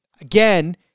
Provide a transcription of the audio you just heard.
again